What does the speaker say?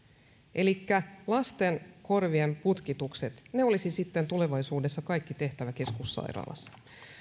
elikkä lasten korvien putkitukset ne olisi sitten tulevaisuudessa kaikki tehtävä keskussairaalassa